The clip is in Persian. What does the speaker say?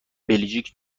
بلژیک